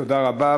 תודה רבה.